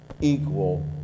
equal